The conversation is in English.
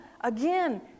again